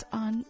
on